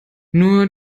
nur